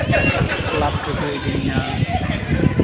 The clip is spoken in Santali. ᱠᱞᱟᱵᱽ ᱨᱮᱠᱚ ᱤᱫᱤ ᱢᱮᱭᱟ